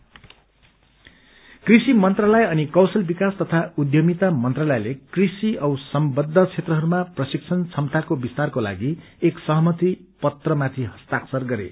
एप्रिकल्वर minister कृषि मन्त्रालय अनि कौशल विकास तथा उद्यमिता मन्त्रालयले कृषि औ सम्बन्ध क्षेत्रहरुमा प्रशिक्षण क्षमताको विस्तारको लागि एक सहमति पत्रमाथि हस्ताक्षर गरे